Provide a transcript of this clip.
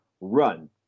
run